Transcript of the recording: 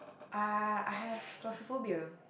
uh I have claustrophobia